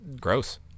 Gross